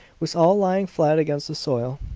was all lying flat against the soil,